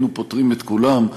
היינו פותרים את כולן,